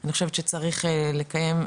אני חושבת שצריך לקיים,